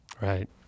Right